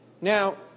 Now